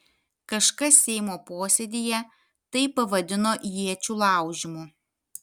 kažkas seimo posėdyje tai pavadino iečių laužymu